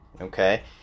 okay